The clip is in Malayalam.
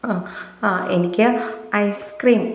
അ ആ എനിക്ക് ഐസ് ക്രീം